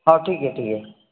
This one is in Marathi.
हो ठीक आहे ठीक आहे